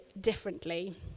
differently